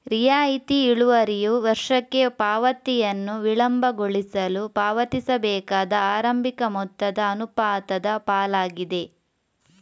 ರಿಯಾಯಿತಿ ಇಳುವರಿಯು ವರ್ಷಕ್ಕೆ ಪಾವತಿಯನ್ನು ವಿಳಂಬಗೊಳಿಸಲು ಪಾವತಿಸಬೇಕಾದ ಆರಂಭಿಕ ಮೊತ್ತದ ಅನುಪಾತದ ಪಾಲಾಗಿದೆ